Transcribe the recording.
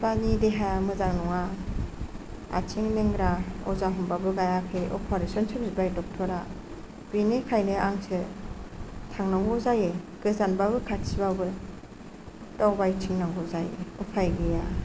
बिफानि देहाया मोजां नङा आथिं लेंग्रा अजा हमबाबो गायाखै अपारेसन सो बिबाय डक्टरा बेनिखायनो आंसो थांनांगौ जायो गोजानबाबो खाथिबाबो दावबायथिंनांगौ जायो उफाय गैया